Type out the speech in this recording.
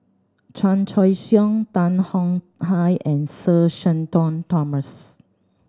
Chan Choy Siong Tan Tong Hye and Sir Shenton Thomas